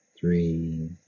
three